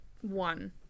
one